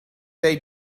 they